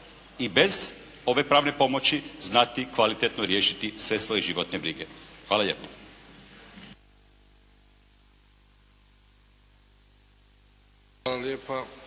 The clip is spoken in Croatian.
i bez ove pravne pomoći znati kvalitetno riješiti sve svoje životne brige. Hvala lijepo.